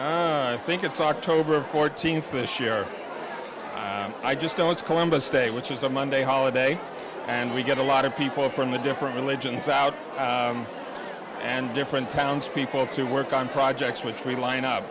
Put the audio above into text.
i think it's october fourteenth this year i just know it's columbus day which is a monday holiday and we get a lot of people from the different religions out and different townspeople to work on projects with tree line up